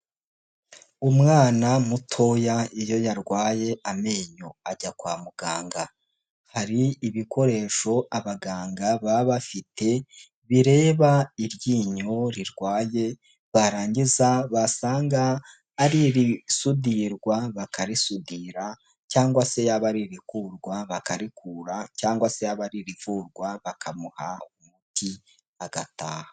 Umwana mutoya iyo yarwaye amenyo ajya kwa muganga, hari ibikoresho abaganga baba bafite bireba iryinyo rirwaye, barangiza basanga ari irisudirwa bakarisudira cyangwa se yaba ari irikurwa bakarikura cyangwa se yaba ari irivurwa bakamuha umuti agataha.